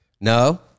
No